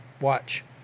Watch